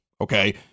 Okay